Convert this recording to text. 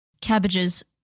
Cabbage's